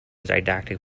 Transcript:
didactic